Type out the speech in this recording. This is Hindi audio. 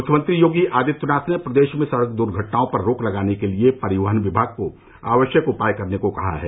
मुख्यमंत्री योगी आदित्यनाथ ने प्रदेश में सड़क द्र्घटनाओं पर रोक लगाने के लिए परिवहन विभाग को आवश्यक उपाय करने को कहा है